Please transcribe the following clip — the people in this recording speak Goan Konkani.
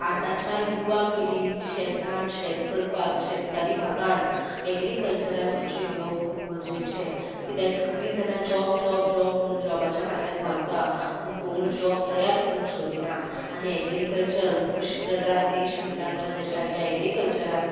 आतांच्या युवा पिडीन शेतान शेत करपाक शेतकारी भागान एग्रीकल्चरलान रुची घेवप खूब गरजेचें किद्याक सगलीं जाणा जॉब जॉब म्हणून जॉबाच्या फाटल्यान धांवता पूण कोणूच जॉब तयार करूंक सोदिना आनी एग्रीकल्चर कृशीप्रदान देश म्हणटा आमच्या देशाक एग्रीकल्चराक